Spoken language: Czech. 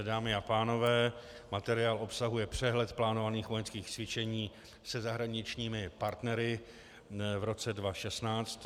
Dámy a pánové, materiál obsahuje přehled plánovaných vojenských cvičení se zahraničními partnery v roce 2016.